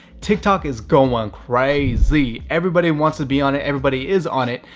tik tok is going crazy. everybody wants to be on it. everybody is on it.